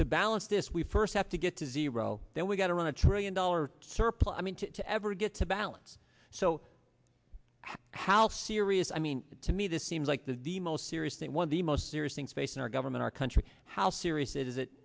to balance this we first have to get to zero then we've got to run a trillion dollar surplus to ever get to balance so how serious i mean to me this seems like the the most serious thing one of the most serious things facing our government our country how serious it is